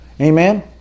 Amen